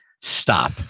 stop